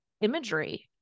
imagery